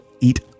Eat